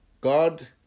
God